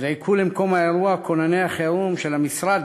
הוזעקו למקום האירוע כונני החירום של המשרד